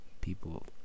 people